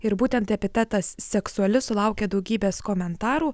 ir būtent epitetas seksuali sulaukė daugybės komentarų